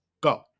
Go